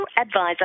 advisor